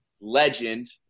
legend